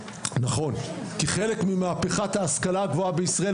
נכון, כי זה חלק ממהפכת ההשכלה הגבוהה בישראל.